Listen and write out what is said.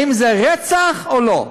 האם זה רצח או לא?